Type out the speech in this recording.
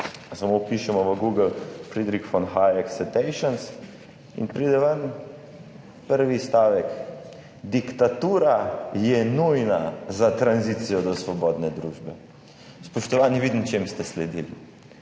če samo vpišemo v Google: »Friedrich von Hayek citations«. In pride ven prvi stavek: »Diktatura je nujna za tranzicijo do svobodne družbe.« Spoštovani, vidim, čemu ste sledili.